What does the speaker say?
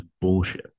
bullshit